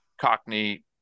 Cockney